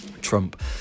Trump